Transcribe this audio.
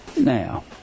now